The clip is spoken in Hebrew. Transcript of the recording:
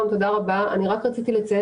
כמו שאתם יודעים, מצוקת